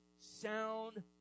sound